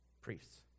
priests